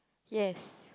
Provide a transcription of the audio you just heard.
yes